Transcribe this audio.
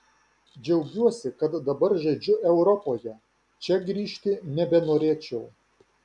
džiaugiuosi kad dabar žaidžiu europoje čia grįžti nebenorėčiau